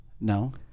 No